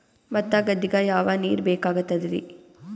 ಭತ್ತ ಗದ್ದಿಗ ಯಾವ ನೀರ್ ಬೇಕಾಗತದರೀ?